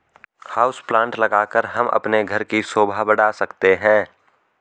house plant लगाकर हम अपने घर की शोभा बढ़ा सकते हैं